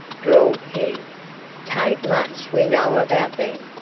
drawled he taint much we know about them,